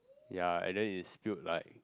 ya then it spilled like